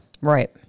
Right